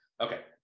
okay